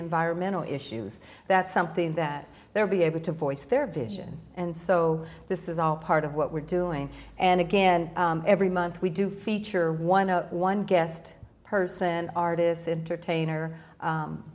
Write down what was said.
environmental issues that's something that they'll be able to voice their vision and so this is all part of what we're doing and again every month we do feature one of one guest person artists entertainer